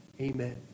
Amen